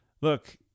Look